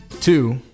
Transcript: Two